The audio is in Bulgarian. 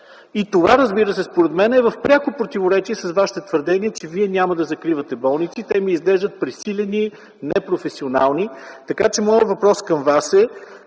Това, разбира се, според мен е в пряко противоречие с Вашите твърдения, че няма да закривате болници. Те ми изглеждат пресилени, непрофесионални, така че моите въпроси към Вас